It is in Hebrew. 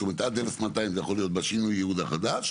זאת אומרת עד 1,200 זה יכול להיות בשינוי ייעוד החדש,